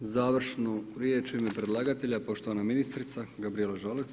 Završnu riječ u ime predlagatelja, poštovana ministrica Gabrijela Žalac.